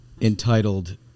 entitled